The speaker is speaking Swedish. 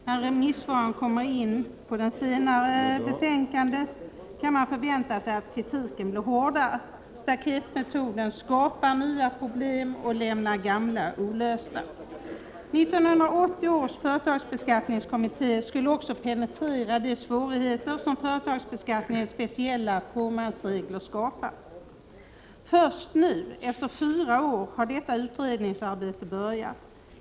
När remissvaren kommer in på det senare betänkandet kan man förvänta sig att kritiken blir hårdare. Staketmetoden skapar nya problem och lämnar gamla olösta. 1980 års företagsbeskattningskommitté skulle också penetrera de svårigheter som företagsbeskattningens speciella fåmansregler skapar. Först nu — efter fyra år — har detta utredningsarbete börjat.